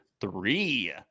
three